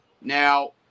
Now